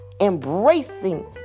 embracing